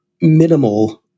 minimal